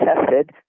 tested